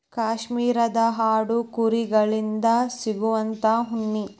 ಕಾಶ್ಮೇರದ ಆಡು ಕುರಿ ಗಳಿಂದ ಸಿಗುವಂತಾ ಉಣ್ಣಿ